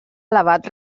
elevat